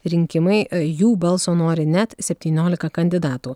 rinkimai jų balso nori net septyniolika kandidatų